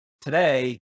Today